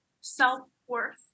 self-worth